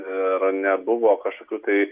ir nebuvo kažkokių tai